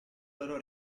loro